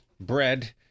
bread